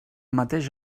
mateix